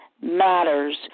matters